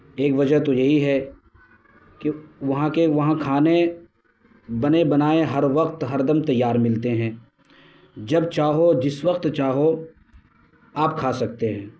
ایک وجہ تو یہی ہے کہ وہاں کے وہاں کھانے بنے بنائے ہر وقت ہر دم تیار ملتے ہیں جب چاہو جس وقت چاہو آپ کھا سکتے ہیں